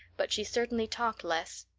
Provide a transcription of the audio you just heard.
but she certainly talked less.